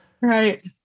right